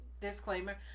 disclaimer